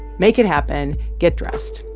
make it happen. get dressed.